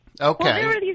Okay